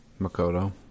Makoto